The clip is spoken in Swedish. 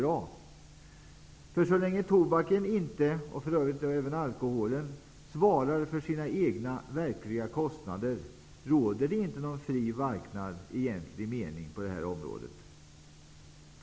Så länge inte tobaken, och för övrigt även alkoholen, svarar för sina egna verkliga kostnader råder det inte någon fri marknad i egentlig mening på det här området.